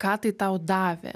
ką tai tau davė